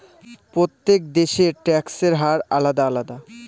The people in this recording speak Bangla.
প্রত্যেক দেশের ট্যাক্সের হার আলাদা আলাদা